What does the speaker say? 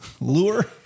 Lure